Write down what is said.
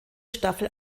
staffel